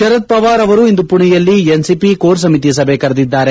ಶರದ್ಪವಾರ್ ಅವರು ಇಂದು ಪುಣೆಯಲ್ಲಿ NCP core ಸಮಿತಿ ಸಭೆ ಕರೆದಿದ್ದಾರೆ